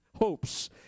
Hopes